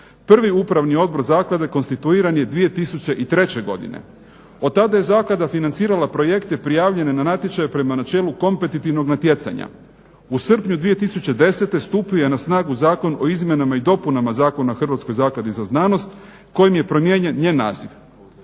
Prvi Upravni odbor zaklade konstituiran je 2003. godine. Od tada je zaklada financirala projekte prijavljene na natječaje prema načelu kompatibilnog natjecanja. U srpnju 2010. stupio je na snagu Zakon o izmjenama i dopunama Zakona o Hrvatskoj zakladi za znanost kojim je promijenjen njen naziv.